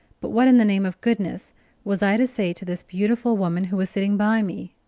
but what in the name of goodness was i to say to this beautiful woman who was sitting by me?